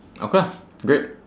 okay lah great